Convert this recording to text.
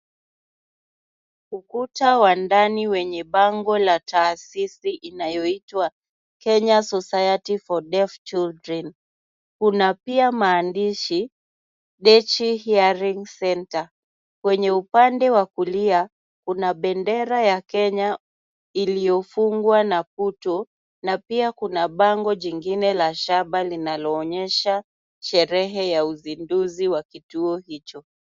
Ukuta wa ndani wenye bango la taasisi inayoitwa Kenya Society for Deaf Children. Kuna pia maandishi Dechi Hearing Centre. Kwenye upande wa kulia kuna bendera ya Kenya iliyofungwa na puto na pia kuna bango jingine la shaba linaloonyesha sherehe ya uzinduzi wa kituo hicho.